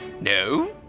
No